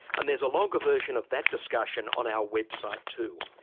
and there's a longer version of that discussion on our website too.